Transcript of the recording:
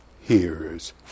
hears